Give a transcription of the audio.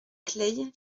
claye